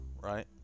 Right